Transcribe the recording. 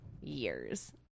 years